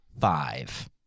five